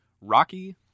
rocky